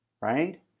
right